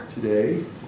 today